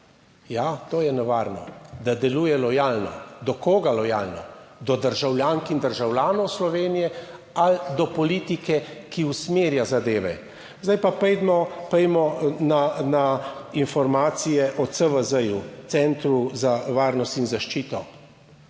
Ja, to je nevarno, da deluje lojalno. Do koga lojalno? Do državljank in državljanov Slovenije ali do politike, ki usmerja zadeve? Zdaj pa pojdimo, pojdimo na informacije o CVZJ, Centru za varnost in zaščito.